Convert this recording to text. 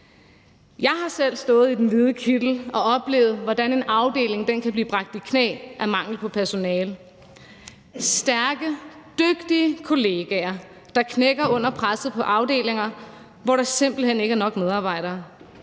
Jeg har selv stået i den hvide kittel og oplevet, hvordan en afdeling kan blive bragt i knæ af mangel på personale; jeg har oplevet stærke dygtige kollegaer, der knækker under presset på afdelinger, hvor der simpelt hen ikke er nok medarbejdere,